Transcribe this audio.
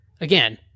again